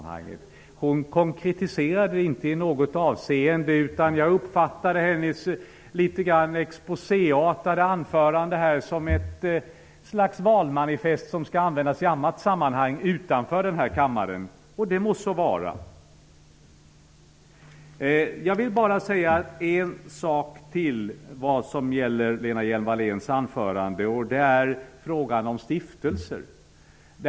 Hon konkretiserade inte i något avseende. Jag uppfattade hennes litet exposéartade anförande som ett slags valmanifest att användas i annnat sammanhang utanför denna kammare. Det må så vara. Jag vill bara ta upp ytterligare en fråga i Lena Hjelm-Walléns anförande, nämligen frågan om stiftelser.